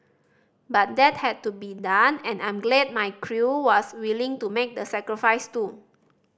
but that had to be done and I'm glad my crew was willing to make the sacrifice too